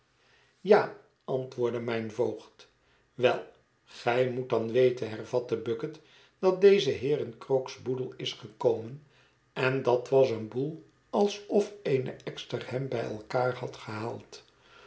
ja antwoordde mijn voogd wel gij moet dan weten hervatte bucket dat deze heer in krook's boedel is gekomen en dat was een boel alsof eene ekster hem bij elkaar had gehaald